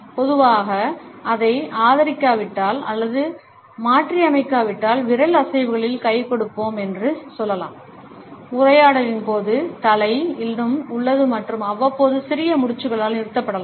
பொதுவாக அதை ஆதரிக்காவிட்டால் அல்லது மாற்றியமைக்காவிட்டால் விரல் அசைவுகளில் கைகொடுப்போம் என்று சொல்லலாம் உரையாடலின் போது தலை இன்னும் உள்ளது மற்றும் அவ்வப்போது சிறிய முடிச்சுகளால் நிறுத்தப்படலாம்